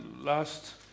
last